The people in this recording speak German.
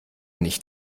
nicht